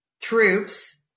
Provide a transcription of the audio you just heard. troops